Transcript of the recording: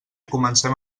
comencem